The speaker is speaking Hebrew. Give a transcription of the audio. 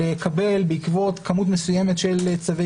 לקבל בעקבות כמות מסוימת של צווי